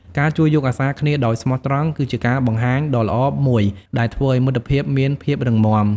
ការជួយយកអាសាគ្នាដោយស្មោះត្រង់គឺជាការបង្ហាញដ៏ល្អមួយដែលធ្វើឲ្យមិត្តភាពមានភាពរឹងមាំ។